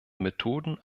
methoden